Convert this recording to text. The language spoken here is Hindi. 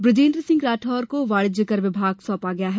ब्रजेन्द्र सिंह राठौर को वाणिज्य कर विभाग सौंपा गया है